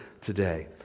today